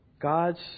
God's